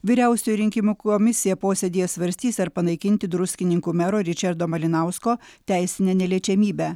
vyriausioji rinkimų komisija posėdyje svarstys ar panaikinti druskininkų mero ričardo malinausko teisinę neliečiamybę